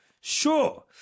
sure